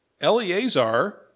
Eleazar